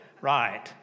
Right